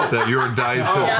that your and dice